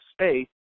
space